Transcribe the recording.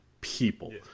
people